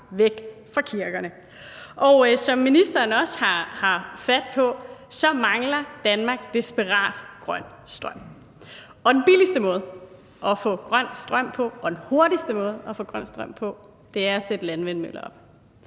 væk fra kirkerne. Som ministeren også har fat på, mangler Danmark desperat grøn strøm, og den billigste måde og den hurtigste måde at få grøn strøm på er at sætte landvindmøller op.